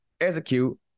execute